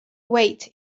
weight